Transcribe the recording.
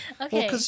Okay